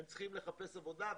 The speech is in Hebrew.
הם צריכים לחפש עבודה,